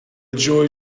joy